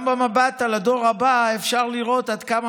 גם במבט על הדור הבא אפשר לראות עד כמה